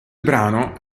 brano